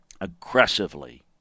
aggressively